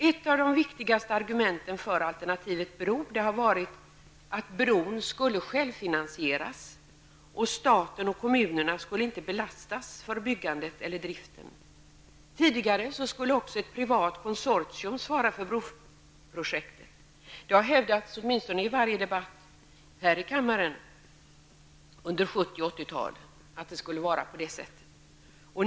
Ett av de viktigaste argumenten för alternativet bro har varit att bron skulle självfinansieras och att staten och kommunerna inte skulle belastas för byggandet eller driften. Tidigare skulle också ett privat konsortium svara för broprojektet. Det har hävdats åtminstone i varje debatt här i kammaren under 70 och 80-talen att det skulle vara på det sättet.